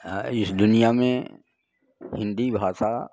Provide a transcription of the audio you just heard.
हाँ इस दुनिया में हिंदी भाषा